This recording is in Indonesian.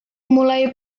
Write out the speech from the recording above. mulai